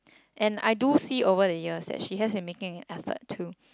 and I do see over the years that she has been making effort too